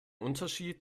unterschied